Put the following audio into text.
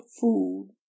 food